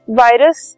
virus